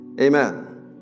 Amen